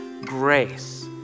grace